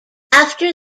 after